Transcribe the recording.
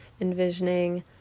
envisioning